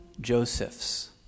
Josephs